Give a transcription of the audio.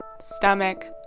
stomach